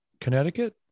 connecticut